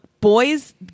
boys